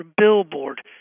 billboard